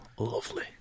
Lovely